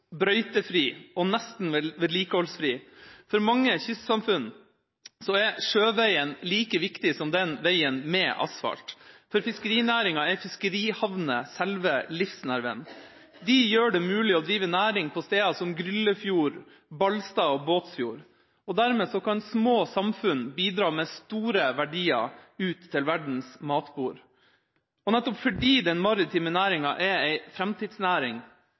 brøytefri og nesten vedlikeholdsfri. For mange kystsamfunn er sjøveien like viktig som veien med asfalt. For fiskerinæringa er fiskerihavner selve livsnerven. De gjør det mulig å drive næring på steder som Gryllefjord, Ballstad og Båtsfjord, og dermed kan små samfunn bidra med store verdier ut til verdens matbord. Og nettopp fordi den marine næringa er en framtidsnæring,